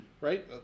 right